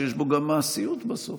שיש פה גם מעשיות בסוף,